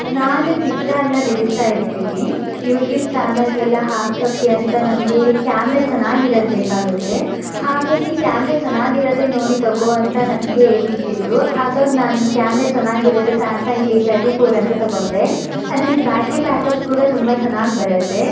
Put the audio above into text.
ನಾನು ಚಿತ್ರ ಎಲ್ಲ ಬಿಡಿಸ್ತಾ ಇರ್ತೀನಿ ಯೂಟ್ಯೂಬ್ ಚಾನಲ್ಗೆಲ್ಲ ಹಾಕೋಕ್ಕೆ ಅಂತ ನನಗೆ ಕ್ಯಾಮ್ರ ಚೆನ್ನಾಗಿರೋದು ಬೇಕಾಗತ್ತೆ ಹಾಗಾಗಿ ಕ್ಯಾಮ್ರ ಚೆನ್ನಾಗಿರೋದೇ ನೋಡಿ ತಗೋ ಅಂತ ನನಗೆ ಬಿಟ್ಟಿದ್ದರು ಹಾಗಾಗಿ ನಾನು ಕ್ಯಾಮ್ರ ಚೆನ್ನಾಗಿರೋದೇ ಸ್ಯಾಮ್ಸಂಗ್ ಎ ಥರ್ಟಿ ಫೋರ್ ಅಂತ ತಗೊಂಡೆ ಅದರದು ಬ್ಯಾಟ್ರಿ ಬ್ಯಾಕಪ್ ಕೂಡ ತುಂಬ ಚೆನ್ನಾಗಿ ಬರತ್ತೆ